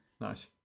Nice